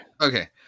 Okay